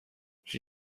she